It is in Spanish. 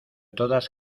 todas